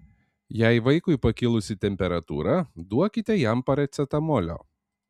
jei vaikui pakilusi temperatūra duokite jam paracetamolio